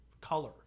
color